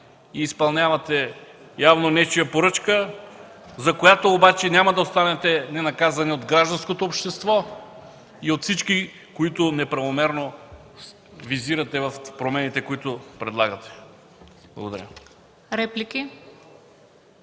– изпълнявате явно нечия поръчка, за която обаче няма да останете ненаказани от гражданското общество, от всички, които неправомерно визирате в предлаганите от Вас промените. Благодаря.